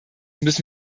müssen